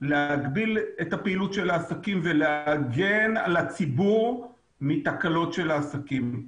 להגביל את הפעילות של העסקים ולהגן על הציבור מתקלות של העסקים.